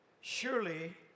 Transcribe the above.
Surely